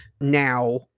now